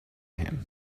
him